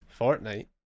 Fortnite